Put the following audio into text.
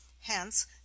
hence